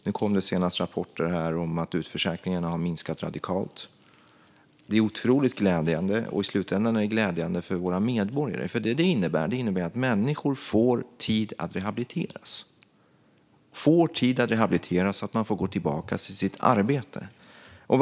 Nu senast har det kommit rapporter om att utförsäkringarna har minskat radikalt. Det är otroligt glädjande, och i slutändan är det glädjande för våra medborgare eftersom detta innebär att människor får tid att rehabiliteras så att de kan gå tillbaka till sitt arbete. Fru talman!